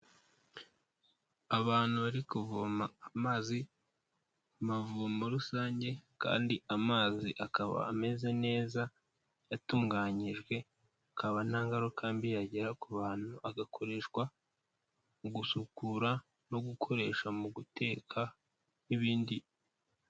Abantu bari kuvoma amazi amavomo rusange kandi amazi akaba ameze neza atunganyijwe akaba nta ngaruka mbi yagira ku bantu, agakoreshwa mu gusukura no gukoresha mu guteka n'ibindi.